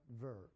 verb